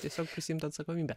tiesiog prisiimt atsakomybę